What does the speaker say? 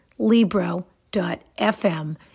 Libro.fm